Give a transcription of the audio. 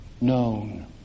known